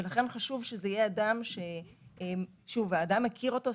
ולכן חשוב שזה חשוב שזה יהיה אדם שמכיר אותו,